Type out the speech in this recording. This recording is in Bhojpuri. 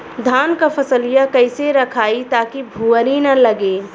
धान क फसलिया कईसे रखाई ताकि भुवरी न लगे?